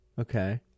Okay